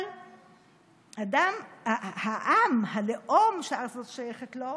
אבל העם, הלאום שהארץ הזאת שייכת לו,